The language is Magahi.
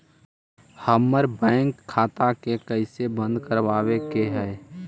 हमर बैंक खाता के कैसे बंद करबाबे के है?